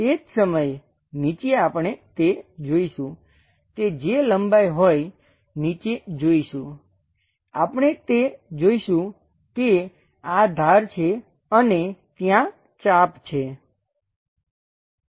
તે જ સમયે નીચે આપણે તે જોઈશું તે જે લંબાઈ હોય નીચે જોઈશું આપણે તે જોઈશું કે આ ધાર છે અને ત્યાં ચાપ છે